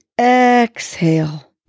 exhale